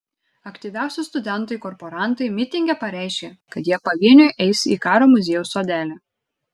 aktyviausi studentai korporantai mitinge pareiškė kad jie pavieniui eis į karo muziejaus sodelį